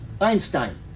Einstein